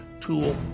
tool